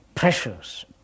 pressures